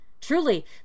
Truly